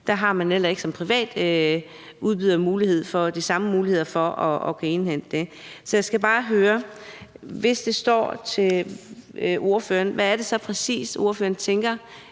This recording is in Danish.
har man ikke som privat udbyder de samme muligheder for at indhente den. Så jeg skal bare høre: Hvis det står til ordføreren, hvad er det så præcis ordføreren tænker